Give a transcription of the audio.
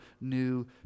new